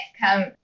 come